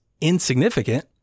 insignificant